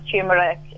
turmeric